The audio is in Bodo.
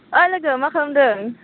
ऐ लोगो मा खालामदों